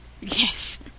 Yes